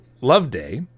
Loveday